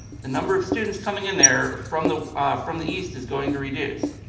the number of students coming in there from the ah from the east is going to reduce.